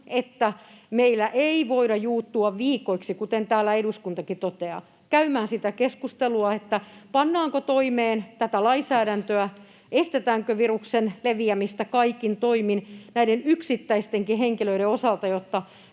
että meillä ei voida juuttua viikoiksi, kuten täällä eduskuntakin toteaa, käymään sitä keskustelua, pannaanko toimeen tätä lainsäädäntöä, estetäänkö viruksen leviämistä kaikin toimin näiden yksittäistenkin henkilöiden osalta,